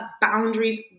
boundaries